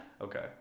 Okay